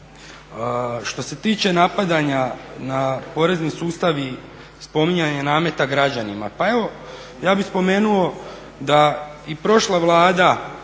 Što se tiče napadanja na porezni sustav i spominjanje nameta građanima. Pa evo, ja bih spomenuo da i prošla Vlada